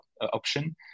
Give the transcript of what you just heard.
option